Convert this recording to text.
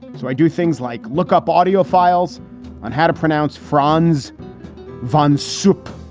so i do things like look up audio files on how to pronounce frons von soup.